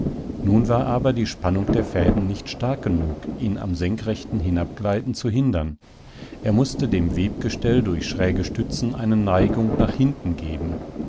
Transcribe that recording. nun war aber die spannung der fäden nicht stark genug ihn am senkrechten hinabgleiten zu hindern er mußte dem webgestell durch schräge stützen eine neigung nach hinten geben